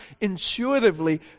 intuitively